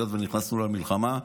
היות שנכנסנו למלחמה,